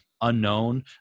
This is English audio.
unknown